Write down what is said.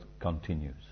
continues